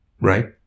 Right